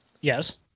Yes